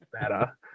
better